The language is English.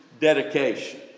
dedication